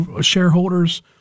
shareholders